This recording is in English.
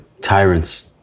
tyrants